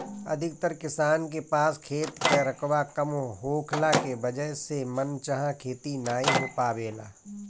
अधिकतर किसान के पास खेत कअ रकबा कम होखला के वजह से मन चाहा खेती नाइ हो पावेला